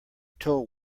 told